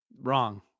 wrong